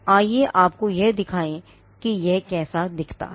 आइए आपको यह दिखाएँ कि यह कैसा दिखता है